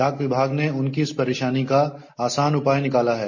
डाक विभाग ने उनकी इस परेशानी का आसान उपाय निकाला है